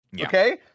okay